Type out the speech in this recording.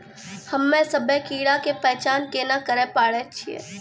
हम्मे सभ्भे कीड़ा के पहचान केना करे पाड़ै छियै?